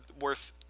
worth